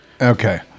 Okay